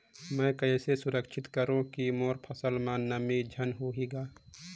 मैं कइसे सुरक्षित करो की मोर फसल म नमी झन होही ग?